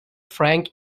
frank